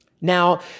Now